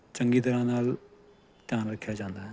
ਚੰਗੀ ਤਰ੍ਹਾਂ ਨਾਲ ਧਿਆਨ ਰੱਖਿਆ ਜਾਂਦਾ